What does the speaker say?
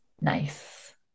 Nice